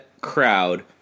crowd